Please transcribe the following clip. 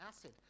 acid